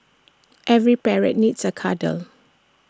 every parrot needs A cuddle